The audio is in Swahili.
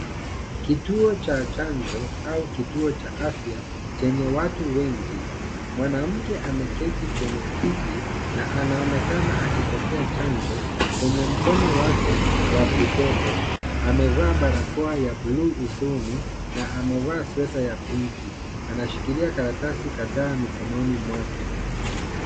Kituo cha chanjo au kituo cha afya chenye watu wengi, mwanamke ameketi kwenye kiti na anaonekana akipokea chanjo kwenye mkono wake wa kushoto, amevaa barakoa ya bluu usoni na amevaa sweata ya pinki, anashikilia karatasi kadhaa mikononi mwake.